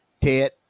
ted